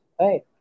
right